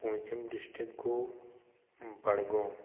پوٗنٛژِم ڈِسٹِرٛک گوٚو بَڈگوم